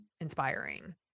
inspiring